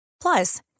Plus